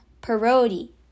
parody